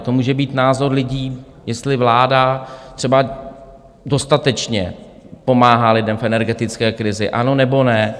To může být názor lidí, jestli vláda třeba dostatečně pomáhá lidem v energetické krizi, ano nebo ne.